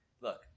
look